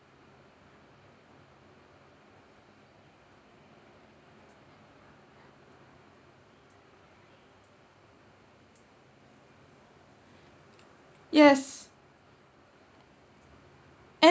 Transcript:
yes and